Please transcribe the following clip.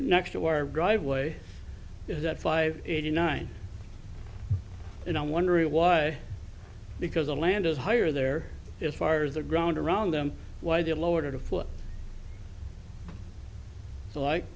next to our driveway is at five eighty nine and i'm wondering why because the land is higher there is farther ground around them why they lowered it a foot so like